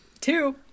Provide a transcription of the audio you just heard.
Two